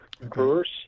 verse